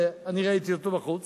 שאני ראיתי אותו בחוץ.